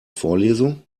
vorlesung